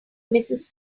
mrs